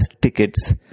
tickets